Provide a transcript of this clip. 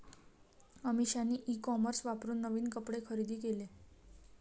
अमिषाने e commerce वापरून नवीन कपडे खरेदी केले